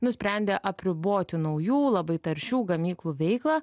nusprendė apriboti naujų labai taršių gamyklų veiklą